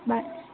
bye